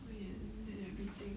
wait let me think